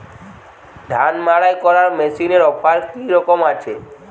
ধান মাড়াই করার মেশিনের অফার কী রকম আছে?